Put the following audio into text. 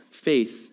faith